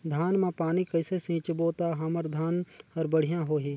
धान मा पानी कइसे सिंचबो ता हमर धन हर बढ़िया होही?